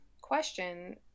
question